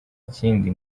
kindi